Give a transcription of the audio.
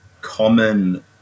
common